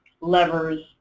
levers